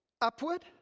upward